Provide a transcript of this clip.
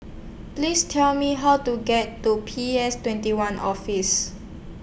Please Tell Me How to get to P S twenty one Office